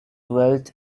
wealth